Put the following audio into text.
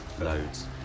loads